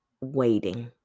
waiting